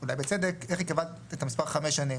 אולי בצדק, איך היא קבעה את המספר של חמש שנים.